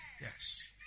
Yes